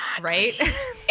Right